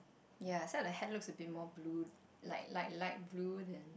ya some of the hat looks a bit more blue like like light blue than